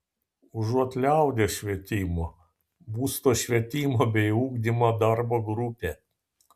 užuot liaudies švietimo bus to švietimo bei ugdymo darbo grupė